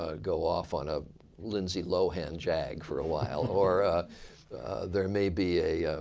ah go off on a lindsay lohan jag for a while. or there may be a